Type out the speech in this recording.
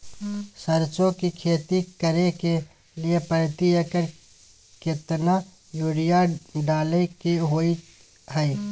सरसो की खेती करे के लिये प्रति एकर केतना यूरिया डालय के होय हय?